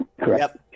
Correct